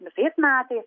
visais metais